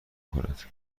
خورد